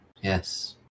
Yes